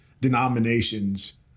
denominations